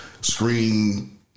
screen